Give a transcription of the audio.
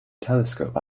telescope